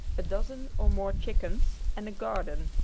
a dozen or more chickens, and a garden.